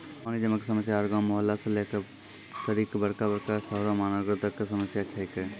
पानी जमै कॅ समस्या हर गांव, मुहल्ला सॅ लै करिकॅ बड़का बड़का शहरो महानगरों तक कॅ समस्या छै के